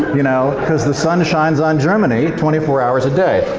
you know, cause the sun shines on germany twenty four hours a day!